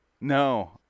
No